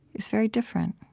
is very different